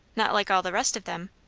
not like all the rest of them?